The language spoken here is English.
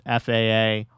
FAA